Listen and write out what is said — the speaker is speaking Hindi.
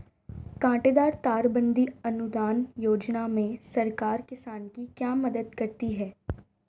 कांटेदार तार बंदी अनुदान योजना में सरकार किसान की क्या मदद करती है?